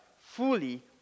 fully